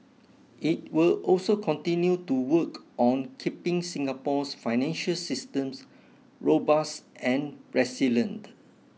it will also continue to work on keeping Singapore's financial systems robust and resilient